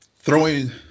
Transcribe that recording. throwing